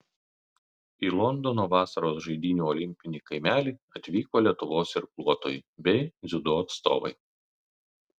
į londono vasaros žaidynių olimpinį kaimelį atvyko lietuvos irkluotojai bei dziudo atstovai